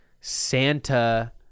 santa